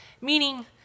meaning